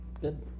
Good